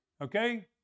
okay